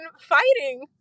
fighting